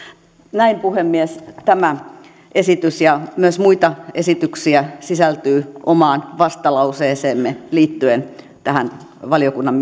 näin puhemies tämä esitys ja myös muita esityksiä sisältyy omaan vastalauseeseemme liittyen tähän valiokunnan